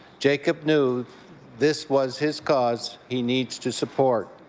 jacob knew this was his cause he needs to support.